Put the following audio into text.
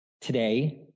today